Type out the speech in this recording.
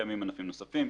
קיימים ענפים נוספים: